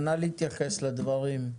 נא להתייחס לדברים.